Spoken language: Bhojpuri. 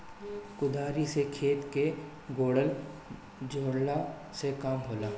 कुदारी से खेत के कोड़ला झोरला के काम होला